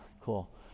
cool